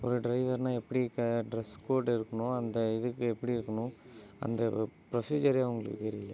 ஒரு ட்ரைவருன்னா எப்படி க ட்ரெஸ் கோடு இருக்கணும் அந்த இதுக்கு எப்படி இருக்கணும் அந்த ஒரு ப்ரொசீஜரே அவங்களுக்கு தெரியல